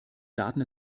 daten